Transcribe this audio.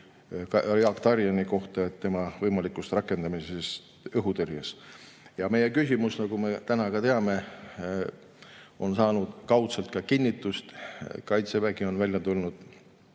Jaak Tarieni kohta, tema võimalikust rakendamisest õhutõrje[võimekuse loomisel].Meie küsimus, nagu me täna teame, on saanud kaudselt kinnitust. Kaitsevägi on välja tulnud